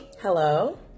Hello